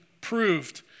proved